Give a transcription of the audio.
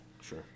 Sure